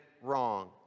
wrong